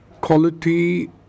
quality